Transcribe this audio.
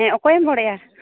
ᱦᱮᱸ ᱚᱠᱚᱭᱮᱢ ᱨᱚᱲᱮᱫᱼᱟ